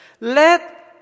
let